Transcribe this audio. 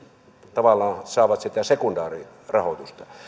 tavallaan saavat sitä sekundaarirahoitusta